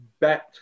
bet